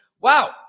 Wow